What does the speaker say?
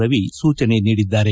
ರವಿ ಸೂಜನೆ ನೀಡಿದ್ದಾರೆ